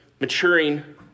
maturing